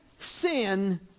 Sin